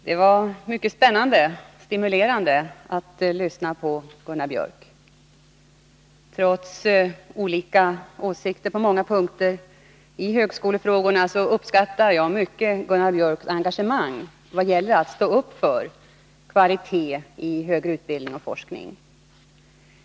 Herr talman! Det var mycket spännande och stimulerande att lyssna på Gunnar Biörck i Värmdö. Trots att vi har olika åsikter på många punkter i högskolefrågorna, uppskattar jag mycket Gunnar Biörcks engagemang när det gäller att stå upp för kvalitet i högre utbildning och forskning.